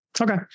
Okay